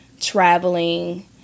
traveling